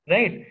Right